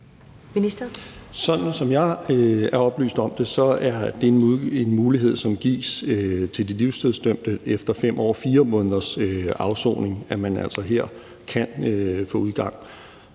Sådan som jeg er oplyst om det, er det en mulighed, som gives til den livstidsdømte efter 5 år og 4 måneders afsoning, at man her kan få udgang.